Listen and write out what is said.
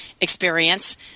experience